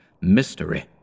mystery